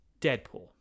Deadpool